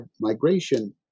Migration